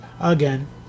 Again